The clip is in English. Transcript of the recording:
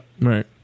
Right